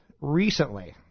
recently